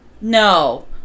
No